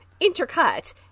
Intercut